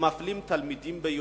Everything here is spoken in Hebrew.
שמפלים תלמידים ביודעין.